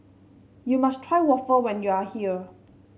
you must try waffle when you are here